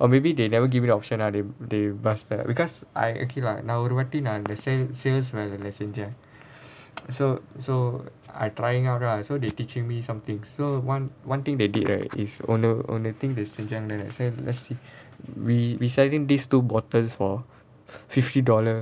or maybe they never give me the option lah they they bus~ because I okay lah நான் ஒரு வாட்டி நான் அந்த:naan oru vaati naan antha the sales sale வேலை வேலைல செஞ்சேன்:velai velaila senjaen so I trying out lah so they teaching me somethings so one one thing they did rght is let's see we we selling these two bottles for fifty dollar